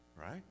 Right